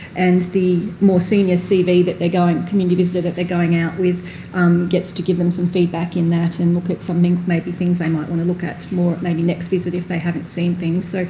and the more senior cv that they're going community visitor that they're going out with gets to give them some feedback in that and look at something, maybe things they might want to look at more maybe next visit if they haven't seen things. so